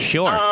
Sure